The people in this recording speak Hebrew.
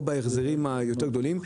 או בהחזרים היותר גדולים.